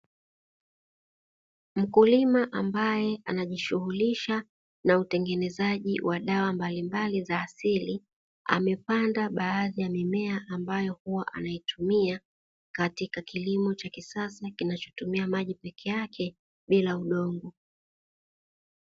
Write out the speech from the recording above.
Mkulima ambaye ana jishughulisha na utengenezaji wa dawa mbalimbali za asili amepanda baadhi ya mimea, ambayo huwa anaitumia katika kilimo cha kisasa kinachotumia maji peke yake bila udongo.